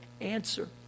answer